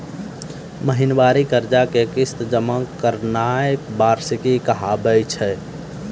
महिनबारी कर्जा के किस्त जमा करनाय वार्षिकी कहाबै छै